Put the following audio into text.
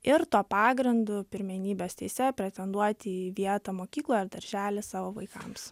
ir to pagrindu pirmenybės teise pretenduoti į vietą mokykloj ar daržely savo vaikams